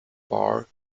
bar